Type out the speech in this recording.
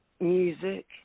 music